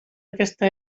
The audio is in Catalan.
aquesta